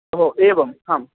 ओ एवम् आम्